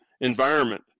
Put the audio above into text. environment